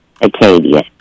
Acadia